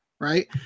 right